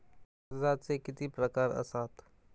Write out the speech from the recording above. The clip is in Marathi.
कर्जाचे किती प्रकार असात?